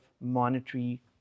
monetary